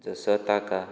जसो ताका